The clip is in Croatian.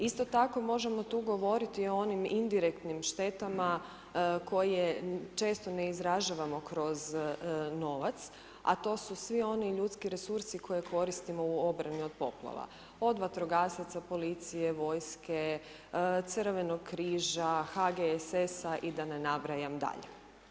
Isto tako možemo tu govoriti o onim indirektnim štetama koje često ne izražavamo kroz novac, a to su svi oni ljudski resursi koje koristimo u obrani od poplava, od vatrogasaca, policije, vojske, crvenog križa, HGSS-a i da ne nabrajam dalje.